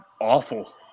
awful